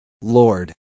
Lord